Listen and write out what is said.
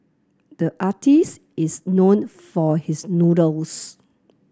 the artist is known for his noodles